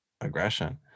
aggression